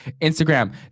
Instagram